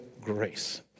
grace